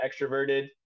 extroverted